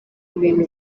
ibintu